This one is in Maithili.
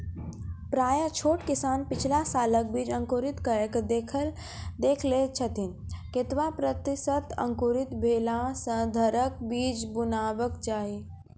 प्रायः छोट किसान पिछला सालक बीज अंकुरित कअक देख लै छथिन, केतबा प्रतिसत अंकुरित भेला सऽ घरक बीज बुनबाक चाही?